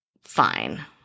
Fine